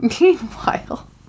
meanwhile